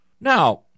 Now